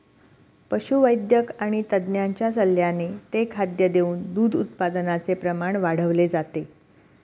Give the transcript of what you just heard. पशुवैद्यक आणि तज्ञांच्या सल्ल्याने ते खाद्य देऊन दूध उत्पादनाचे प्रमाण वाढवले जाते